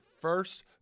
first